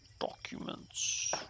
documents